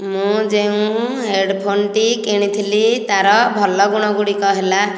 ମୁଁ ଯେଉଁ ହେଡ଼ଫୋନଟି କିଣିଥିଲି ତାର ଭଲ ଗୁଣ ଗୁଡ଼ିକ ହେଲା